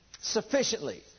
sufficiently